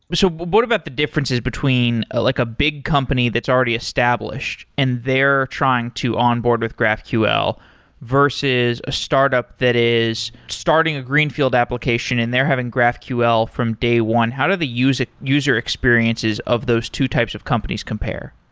but so what about the differences between like a big company that's already established and they're trying to onboard with graphql versus a startup that is starting a greenfield application and they're having graphql from day one. how do the user experiences experiences of those two types of companies compare?